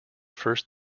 first